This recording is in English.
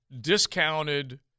discounted